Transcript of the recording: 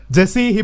Jesse